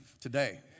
today